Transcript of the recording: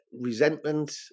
resentment